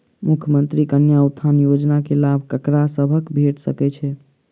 मुख्यमंत्री कन्या उत्थान योजना कऽ लाभ ककरा सभक भेट सकय छई?